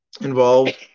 involved